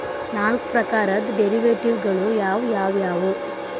ನಾಲ್ಕ್ ಪ್ರಕಾರದ್ ಡೆರಿವೆಟಿವ್ ಗಳು ಯಾವ್ ಯಾವವ್ಯಾವು?